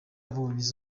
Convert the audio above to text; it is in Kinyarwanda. yabonye